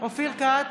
אופיר כץ,